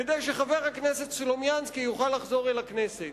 כדי שחבר הכנסת סלומינסקי יוכל לחזור אל הכנסת.